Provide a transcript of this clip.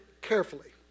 carefully